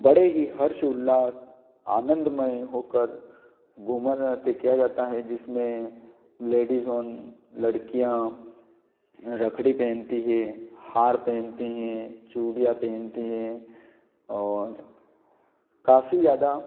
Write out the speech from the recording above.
बड़े ही हर्षौल्लास आनंद में होकर घूमर नृत्य किया जाता हैं जिसमें लेडीज और लड़कियाँ लगड़ी पहनती हैं हार पहनती हैं चूड़ियाँ पहनती हैं और काफ़ी ज़्यादा